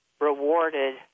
rewarded